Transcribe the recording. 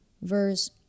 Verse